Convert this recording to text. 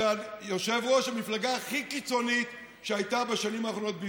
זה יושב-ראש המפלגה הכי קיצונית שהייתה בשנים האחרונות בישראל.